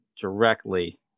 directly